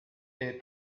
est